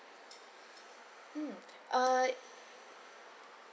mm err